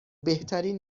بهترین